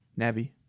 navi